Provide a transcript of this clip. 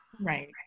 Right